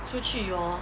出去 hor